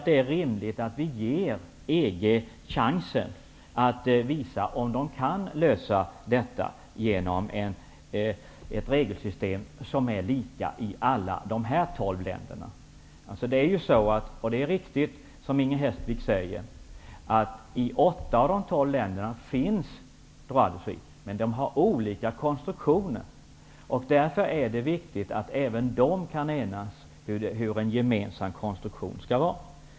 Det är rimligt att ge EG chansen att visa att man komma fram till ett regelverk som är lika i alla de tolv länderna. Det är riktigt, som Inger Hestvik säger, att droit de suite finns i 8 av de 12 länderna, men att den har olika konstruktioner. Därför är det viktigt att EG kan enas om en gemensam konstruktion.